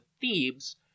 Thebes